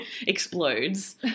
explodes